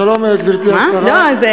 שלום, גברתי השרה, לא.